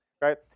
Right